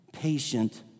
patient